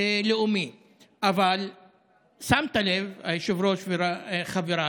אבל שמת לב, היושב-ראש, וחבריי,